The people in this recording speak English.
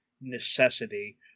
necessity